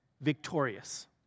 victorious